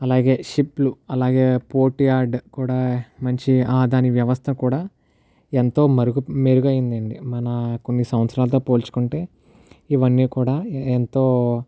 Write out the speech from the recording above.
అలాగే షిప్లు అలాగే పోర్ట్ యాడ్ కూడా మంచి దాని వ్యవస్థ కూడా ఎంతో మరుగు మెరుగైందండి మన కొన్ని సంవత్సరాలతో పోల్చుకుంటే ఇవన్నీ కూడా ఎంతో